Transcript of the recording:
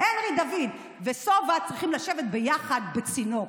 הנרי דוד וסובה צריכים לשבת ביחד בצינוק.